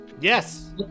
yes